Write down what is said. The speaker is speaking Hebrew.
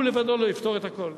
אבל הוא לבדו לא יפתור את הכול.